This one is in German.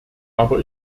aber